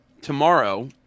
tomorrow